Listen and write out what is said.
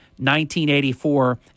1984